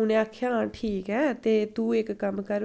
उ'नें आखेआ हां ठीक ऐ तू इक कम्म कर